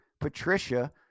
Patricia